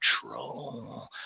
control